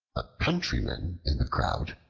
a countryman in the crowd,